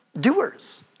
doers